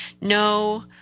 no